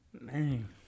Man